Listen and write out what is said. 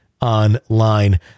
Online